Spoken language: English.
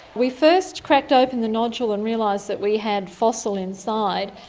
we first cracked open the nodule and realised that we had fossil inside,